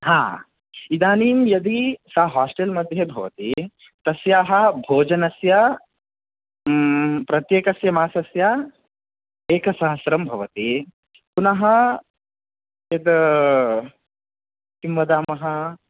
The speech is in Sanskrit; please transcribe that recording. हा इदानीं यदि सा हास्टेल् मध्ये भवति तस्याः भोजनस्य प्रत्येकस्य मासस्य एकसहस्रं भवति पुनः यद् किं वदामः